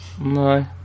No